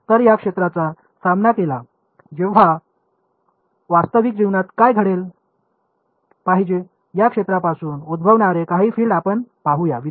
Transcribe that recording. तर या क्षेत्राचा सामना केला तेव्हा वास्तविक जीवनात काय घडले पाहिजे या क्षेत्रापासून उद्भवणारे काही फील्ड आपण पाहू या